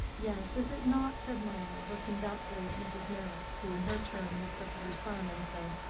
yes is it not? said mirah, looking doubtfully at mrs. meyrick, who in her turn looked up at her son, and said,